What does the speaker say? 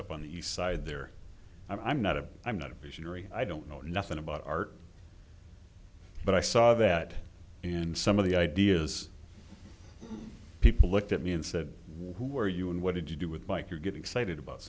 up on the east side there i'm not a i'm not a visionary i don't know nothing about art but i saw that and some of the ideas people looked at me and said were you and what did you do with mike you're getting excited about